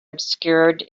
obscured